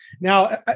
Now